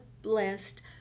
blessed